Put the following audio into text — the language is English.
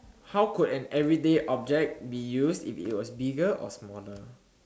how could an everyday object be used if it was bigger or smaller